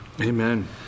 Amen